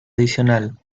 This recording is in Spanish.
adicional